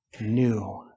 new